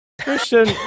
Christian